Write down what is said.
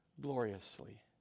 Gloriously